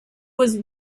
was